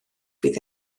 fydd